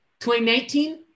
2019